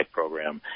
program